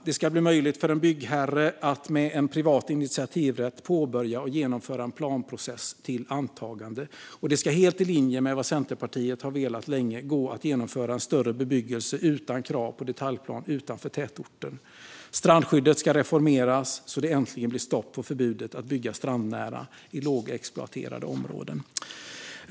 Det ska bli möjligt för en byggherre att med en privat initiativrätt påbörja och genomföra en planprocess till antagande. Det ska helt i linje med vad Centerpartiet länge velat gå att genomföra en större bebyggelse utan krav på detaljplan utanför tätorter. Strandskyddet reformeras så att det äntligen blir stopp på förbudet att bygga strandnära i lågexploaterade områden.